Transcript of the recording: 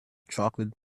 chocolate